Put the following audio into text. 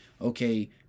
okay